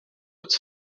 its